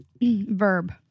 Verb